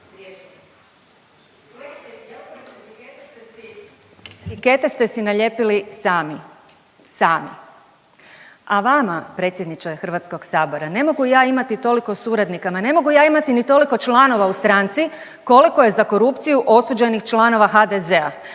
etikete ste si, etikete ste si nalijepili sami. Sami. A vama, predsjedniče HS-a, ne mogu ja imati koliko suradnika, ma ne mogu ja imati ni toliko članova u stranci, koliko je za korupciju osuđenih članova HDZ-a.